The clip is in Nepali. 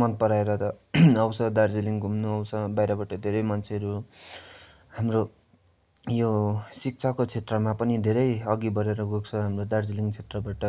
मन पराएर त आउँछ दार्जिलिङ घुम्नु आउँछ बाहिरबाट धेरै मान्छेहरू हाम्रो यो शिक्षाको क्षेत्रमा पनि धेरै अघि बढेर गएको छ हाम्रो दार्जिलिङ क्षेत्रबाट